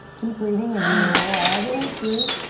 keep breathing as you roll all the way through.